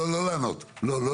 פניתי למשרד.